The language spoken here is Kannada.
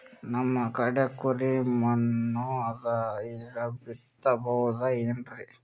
ನಮ್ ಕಡೆ ಕರಿ ಮಣ್ಣು ಅದರಿ, ಈಗ ಹತ್ತಿ ಬಿತ್ತಬಹುದು ಏನ್ರೀ?